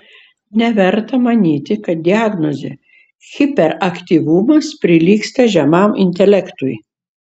neverta manyti kad diagnozė hiperaktyvumas prilygsta žemam intelektui